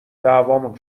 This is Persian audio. دعوامون